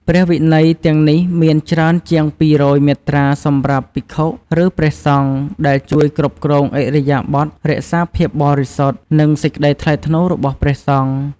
ព្រះវិន័យទាំងនេះមានច្រើនជាង ២០០ មាត្រាសម្រាប់ភិក្ខុ ឬព្រះសង្ឃ ដែលជួយគ្រប់គ្រងឥរិយាបថ រក្សាភាពបរិសុទ្ធ និងសេចក្ដីថ្លៃថ្នូររបស់ព្រះសង្ឃ។